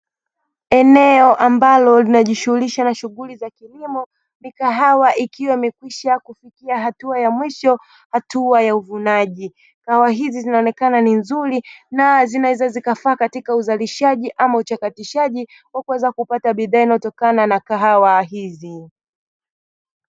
Eneo ambalo linajishughulisha na shughuli za kilimo mikahawa ikiwa imekwisha kufikia hatua ya mwisho hatua ya uvunaji, kahawa hizi zinaonekana ni nzuri na zinaweza zikafaa katika uzalishaji ama utakatishaji wa kuweza kupata bidhaa inayotokana na kahawa hizi.